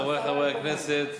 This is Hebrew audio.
חברי חברי הכנסת,